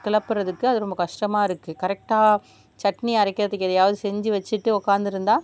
கிளப்புகிறத்துக்கு அது ரொம்ப கஷ்டமாக இருக்கு கரெக்டாக சட்னி அரைக்கிறதுக்கு எதையாவது செஞ்சு வெச்சுட்டு உக்காந்துருந்தா